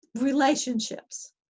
relationships